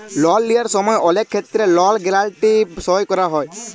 লল লিয়ার সময় অলেক ক্ষেত্রে লল গ্যারাল্টি সই ক্যরা হ্যয়